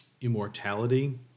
immortality